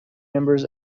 numbers